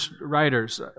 writers